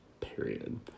period